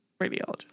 radiologist